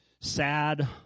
sad